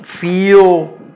feel